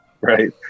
right